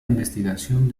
investigación